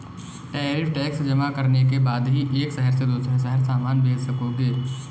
tariff tax जमा करने के बाद ही एक शहर से दूसरे शहर सामान भेज सकोगे